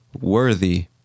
Worthy